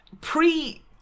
Pre